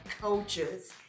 coaches